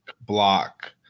Block